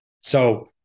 So-